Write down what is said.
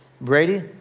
Brady